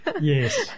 Yes